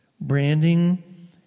Branding